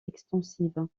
extensive